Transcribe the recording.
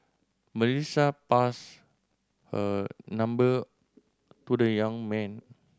Melissa passed her number to the young man